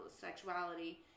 sexuality